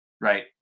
right